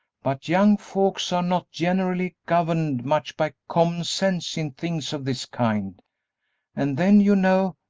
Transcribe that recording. but young folks are not generally governed much by common sense in things of this kind and then you know,